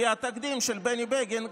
כי התקדים של בני בגין,